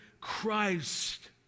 Christ